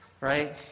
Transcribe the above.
right